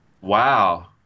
Wow